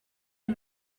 est